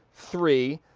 three,